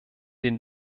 den